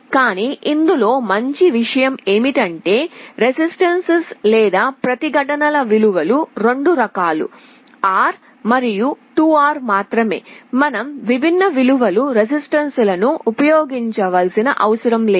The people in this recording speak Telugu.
కానీ ఇందులో మంచి విషయం ఏమిటంటే రెసిస్టెన్సులు లేదా ప్రతిఘటనల విలువలు 2 రకాలు R మరియు 2 R మాత్రమే మనం విభిన్న విలువల రెసిస్టెన్సు లను ఉపయోగించాల్సిన అవసరం లేదు